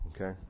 okay